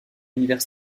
univers